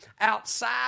outside